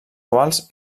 quals